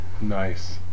nice